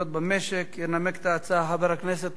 ינמק את ההצעה חבר הכנסת מוחמד ברכה.